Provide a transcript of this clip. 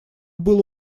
было